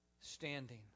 Standing